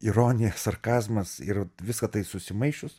ironija sarkazmas ir visa tai susimaišius